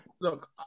Look